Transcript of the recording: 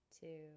two